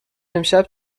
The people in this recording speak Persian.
امشب